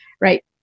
right